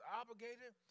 obligated